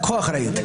לקחו אחריות.